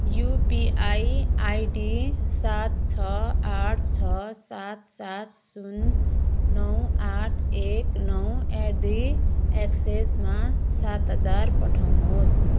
UPI ID सात छ आठ छ सात सात शून्य नौ आठ एक नौ एट दि एक्सिसमा सात हजार पठाउनुहोस्